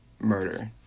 murder